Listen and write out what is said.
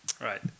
right